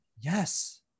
yes